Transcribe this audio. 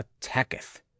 attacketh